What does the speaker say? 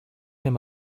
him